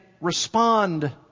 respond